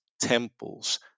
temples